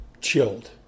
Chilled